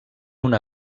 una